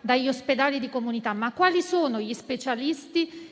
dagli ospedali di comunità. Ma quali sono gli specialisti